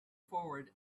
forward